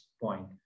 point